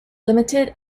limited